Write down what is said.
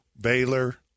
Baylor